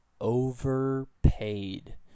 overpaid